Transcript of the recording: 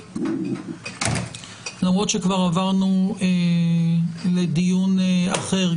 למרות שכבר עברנו לדיון אחר,